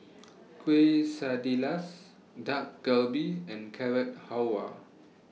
Quesadillas Dak Galbi and Carrot Halwa